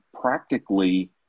practically